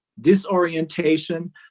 disorientation